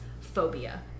Phobia